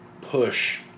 push